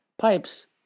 pipes